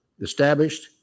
established